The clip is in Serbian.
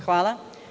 Hvala.